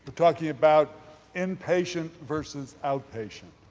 talking about inpatient versus outpatient.